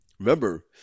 Remember